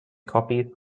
copies